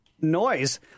Noise